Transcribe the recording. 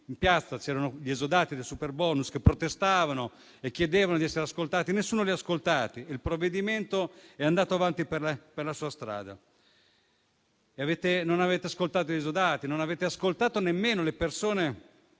in piazza, dove c'erano gli esodati del superbonus che protestavano e chiedevano di essere ascoltati. Nessuno li ha ascoltati. Il provvedimento è andato avanti per la sua strada. Non avete ascoltato gli esodati, non avete ascoltato le persone